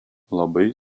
labai